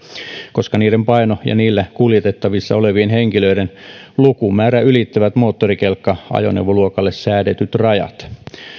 koska niiden paino ja niillä kuljetettavissa olevien henkilöiden lukumäärä ylittävät moottorikelkka ajoneuvoluokalle säädetyt rajat